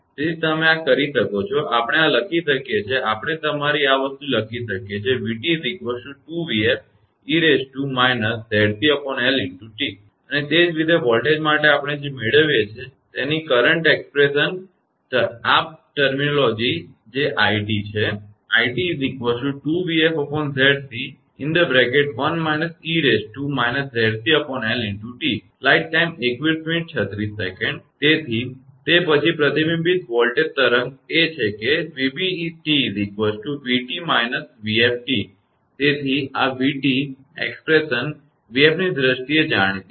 તેથી તમે આ કરી શકો છો આપણે આ લખી શકીએ છીએ આપણે તમારી આ વસ્તુ લખી શકીએ છીએ અને તે જ રીતે વોલ્ટેજ માટે આપણે જે મેળવીએ છીએ તેની કરંટ અભિવ્યક્તિ આ પરિભાષા જે 𝑖𝑡 છે તેથી તે પછી પ્રતિબિંબિત વોલ્ટેજ તરંગ એ છે કે 𝑣𝑏𝑡 𝑣𝑡 − 𝑣𝑓𝑡 તેથી આ 𝑣𝑡 અભિવ્યક્તિ 𝑣𝑓 ની દ્રષ્ટિએ જાણીતી છે